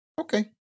Okay